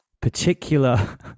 particular